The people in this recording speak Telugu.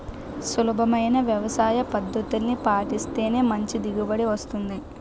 సులభమైన వ్యవసాయపద్దతుల్ని పాటిస్తేనే మంచి దిగుబడి వస్తుంది